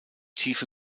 tiefe